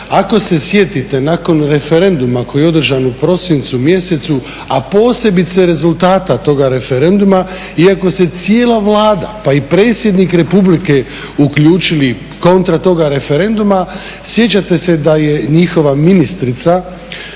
Ako se sjetite nakon referenduma koji je održan u prosincu mjesecu a posebice rezultata toga referenduma iako se cijele Vlada pa i predsjednik Republike uključili kontra toga referenduma sjećate se da je njihova ministrica